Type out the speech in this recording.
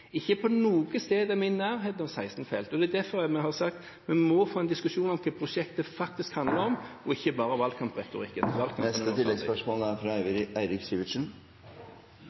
Ikke på noe sted er vi i nærheten av 16 felt, og derfor har vi sagt at vi må få en diskusjon om hva prosjektet faktisk handler om, ikke bare valgkampretorikk – valgkampen er over. Eirik Sivertsen